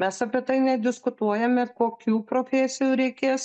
mes apie tai nediskutuojame kokių profesijų reikės